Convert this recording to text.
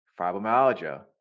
fibromyalgia